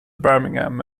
birmingham